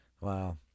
Wow